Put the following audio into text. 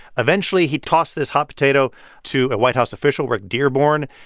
eventually, he tossed this hot potato to a white house official, rick dearborn.